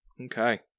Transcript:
Okay